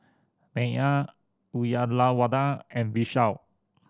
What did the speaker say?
Medha Uyyalawada and Vishal